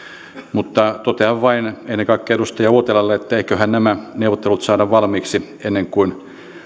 mutta totean vain ennen kaikkea edustaja uotilalle että eiköhän nämä neuvottelut saada valmiiksi ennen kuin